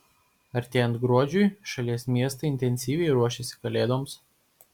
artėjant gruodžiui šalies miestai intensyviai ruošiasi kalėdoms